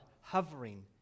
hovering